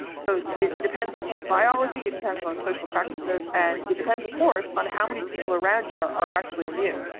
so it's it depends on biology. it depends on social practices. and it depends, of course, on how many people around you are are actually immune.